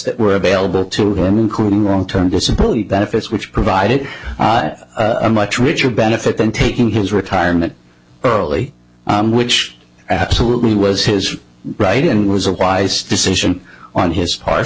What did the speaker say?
that were available to them including long term disability benefits which provided a much richer benefit than taking his retirement early which absolutely was his right and was a wise decision on his part